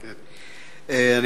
בבקשה, חבר הכנסת איתן כבל.